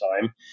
time